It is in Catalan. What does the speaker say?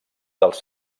dels